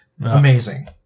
Amazing